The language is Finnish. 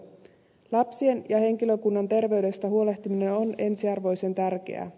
lapsien ja henkilökunnan terveydestä huolehtiminen on ensiarvoisen tärkeää